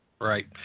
Right